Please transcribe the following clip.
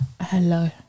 hello